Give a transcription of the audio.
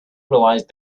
realized